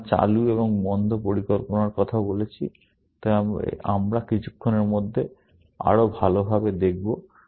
আমরা চালু এবং বন্ধ পরিকল্পনার কথা বলেছি তবে আমরা কিছুক্ষণের মধ্যে আরো ভালো ভাবে দেখবো